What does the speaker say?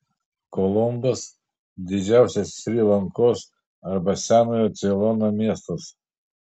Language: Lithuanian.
kolombas didžiausias šri lankos arba senojo ceilono miestas